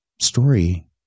story